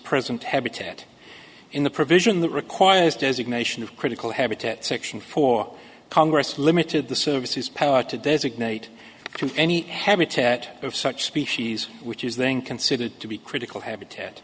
present habitat in the provision that requires designation of critical habitat section for congress limited the services power to designate can any habitat of such species which is then considered to be critical habitat